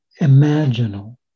imaginal